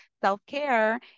self-care